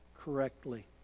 correctly